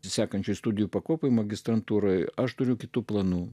sekančių studijų pakopoje magistrantūroje aš turiu kitų planų